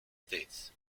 states